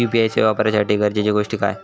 UPI सेवा वापराच्यासाठी गरजेचे गोष्टी काय?